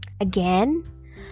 Again